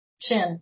Chin